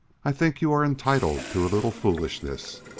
i think you are entitled to a little foolishness.